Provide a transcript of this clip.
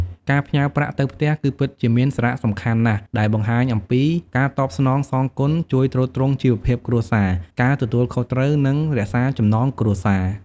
ការផ្ញើប្រាក់់ទៅផ្ទះគឺពិតជាមានសារៈសំខាន់ណាស់ដែលបង្ហាញអំពី ការតបស្នងសងគុណ ជួយទ្រទ្រង់ជីវភាពគ្រួសារ ការទទួលខុសត្រូវ និងរក្សាចំណងគ្រួសារ។